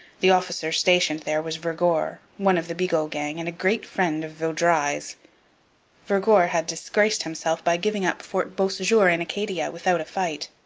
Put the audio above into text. the officer stationed there was vergor, one of the bigot gang and a great friend of vaudreuil's. vergor had disgraced himself by giving up fort beausejour in acadia without a fight.